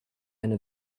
eine